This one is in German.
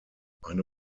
eine